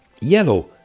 yellow